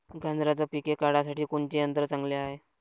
गांजराचं पिके काढासाठी कोनचे यंत्र चांगले हाय?